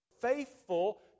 faithful